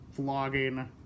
vlogging